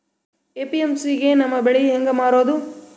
APMC ಗೆ ನಮ್ಮ ಬೆಳಿ ಹೆಂಗ ಮಾರೊದ?